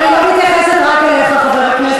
אני לא מתייחסת רק אליך, חבר הכנסת.